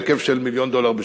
בהיקף של מיליון דולר בשנה.